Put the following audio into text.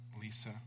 Lisa